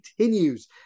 continues